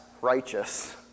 righteous